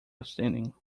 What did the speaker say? outstanding